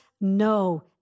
no